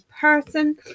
person